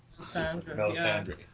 Melisandre